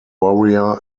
warrior